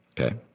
Okay